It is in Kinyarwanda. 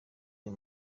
uyu